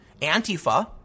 Antifa